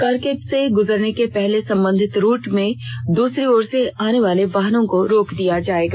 carcade के गुजरने के पहले संबंधित रूट में दूसरी ओर से आनेवाले वाहनों को रोक दिया जायेगा